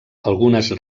algunes